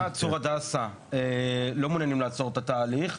צור הדסה לא מעוניינים לעצור את התהליך.